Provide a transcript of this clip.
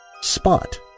Spot